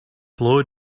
blow